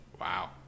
wow